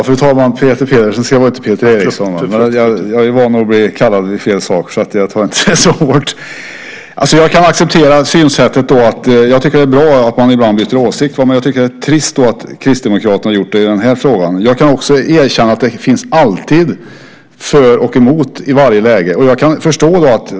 Fru talman! Peter Pedersen, inte Peter Eriksson, heter jag. Men jag är van vid att kallas vid fel namn så jag tar det inte så hårt. Jag kan acceptera synsättet och tycker att det är bra att man ibland byter åsikt. Men det är trist att Kristdemokraterna har gjort det i den här frågan. Jag kan erkänna att det alltid, i varje läge, finns för och emot.